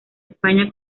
españa